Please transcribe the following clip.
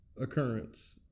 occurrence